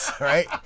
right